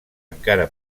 encara